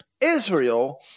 Israel